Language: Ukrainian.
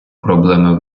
проблеми